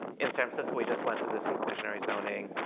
in san francisco, we just went through this inclusionary zoning